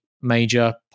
major